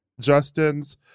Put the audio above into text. Justin's